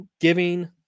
giving